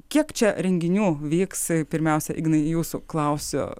kiek čia renginių vyks pirmiausia ignai jūsų klausiu